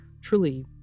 truly